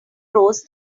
rows